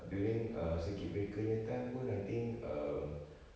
during err circuit breaker punya time pun I think um